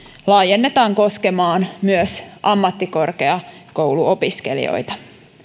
laajennetaan koskemaan myös ammattikorkeakouluopiskelijoita